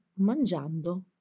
mangiando